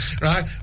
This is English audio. right